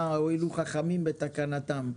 מה הואילו חכמים בתקנתם,